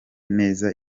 neza